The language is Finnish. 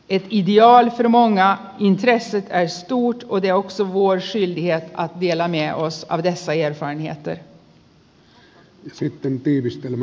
erkki ja elma on gea vieressä istuu soikioksi vuodeksi ja vielä omia osa vessojen ärade herr talman